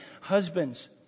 husbands